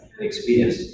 experience